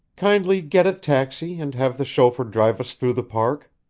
kindly get a taxi and have the chauffeur drive us through the park.